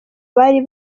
bari